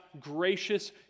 gracious